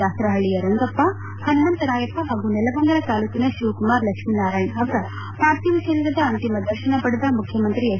ದಾಸರಪಳ್ಳಿಯ ರಂಗಪ್ಪ ಪನುಮಂತರಾಯಪ್ಪ ಹಾಗೂ ನೆಲಮಂಗಲ ತಾಲೂಕಿನ ಶಿವಕುಮಾರ್ ಲಕ್ಷ್ಮೀನಾರಾಯಣ ಅವರ ಪಾರ್ಧೀವ ಶರೀರದ ಅಂತಿಮ ದರ್ಶನ ಪಡೆದ ಮುಖ್ಯಮಂತ್ರಿ ಎಚ್